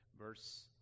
Verse